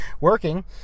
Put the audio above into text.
working